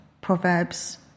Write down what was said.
Proverbs